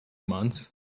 months